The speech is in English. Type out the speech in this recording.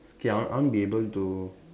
okay I want I want be able to